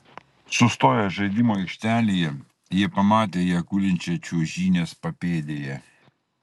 sustoję žaidimų aikštelėje jie pamatė ją gulinčią čiuožynės papėdėje